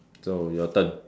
so your turn